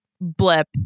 blip